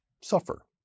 suffer